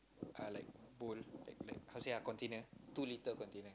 uh like bowl like like how say ah container two litre container